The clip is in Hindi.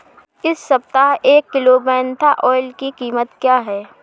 इस सप्ताह एक किलोग्राम मेन्था ऑइल की कीमत क्या है?